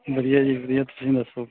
ਵਧੀਆ ਜੀ ਵਧੀਆ ਤੁਸੀਂ ਦੱਸੋ